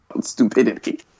stupidity